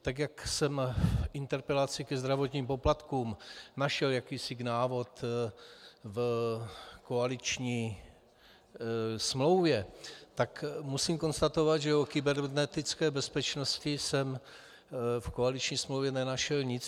Tak jak jsem k interpelaci ke zdravotním poplatkům našel jakýsi návod v koaliční smlouvě, tak musím konstatovat, že o kybernetické bezpečnosti jsem v koaliční smlouvě nenašel nic.